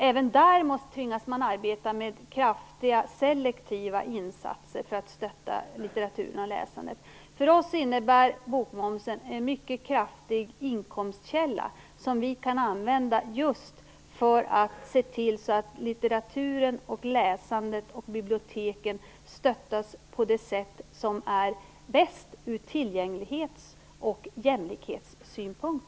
Även där tvingas man arbeta med kraftiga selektiva insatser för att stötta litteraturen och läsandet. För oss innebär bokmomsen en mycket kraftig inkomstkälla som vi kan använda just för att se till att litteraturen, läsandet och biblioteken stöttas på det sätt som är bäst ur bl.a. tillgänglighetsoch jämlikhetssynpunkt.